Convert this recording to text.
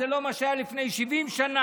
זה לא מה שהיה לפני 70 שנה.